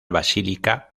basílica